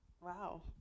wow